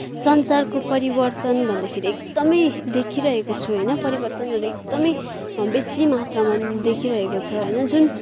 संसारको परिवर्तन भन्दाखेरि एकदमै देखिरहेको छु होइन परिवर्तनहरू एकदमै बेसी मात्रामा देखिरहेको छ होइन जुन